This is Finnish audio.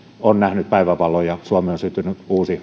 on nähnyt päivänvalon ja suomeen on syntynyt uusi